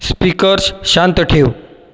speakers शांत ठेव